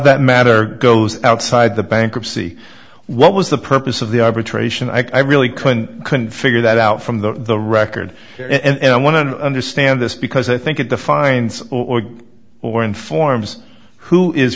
that matter goes outside the bankruptcy what was the purpose of the arbitration i really couldn't couldn't figure that out from the record here and i want to understand this because i think it defines or informs who is